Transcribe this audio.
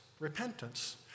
Repentance